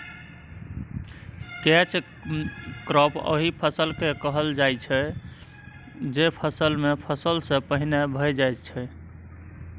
catch crop ओहि फसल केँ कहल जाइ छै जे फसल मेन फसल सँ पहिने भए जाइ छै